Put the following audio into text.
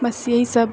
बस इएह सभ